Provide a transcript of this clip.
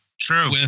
True